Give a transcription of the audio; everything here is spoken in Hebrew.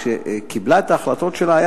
כשקיבלה את ההחלטות שלה,